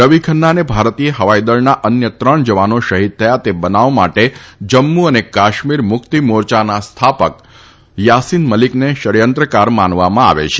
રવિ ખન્ના અને ભારતીય હવાઈ દળના અન્ય ત્રણ જવાનો શહિદ થયા તે બનાવ માટે જમ્મુ અને કાશ્મીર મુક્તિ મોરચાના સ્થાપક થાસીન મલિકને ષડચંત્રકાર માનવામાં આવે છે